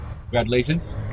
Congratulations